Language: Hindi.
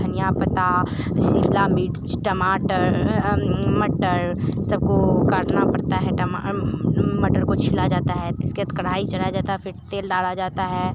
धनिया पता शिमला मिर्च टमाटर मटर सबको काटना पड़ता है मटर को छीला जाता है कढ़ाई चढ़ाया जाता है फिर तेल डाला जाता है